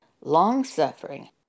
long-suffering